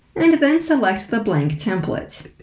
and then select the blank template.